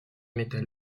mettent